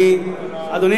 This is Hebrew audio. אדוני,